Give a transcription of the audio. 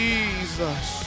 Jesus